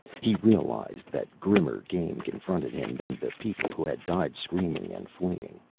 he realized that grimmer game confronted him than the people who had died screaming and fleeing.